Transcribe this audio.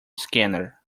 scanner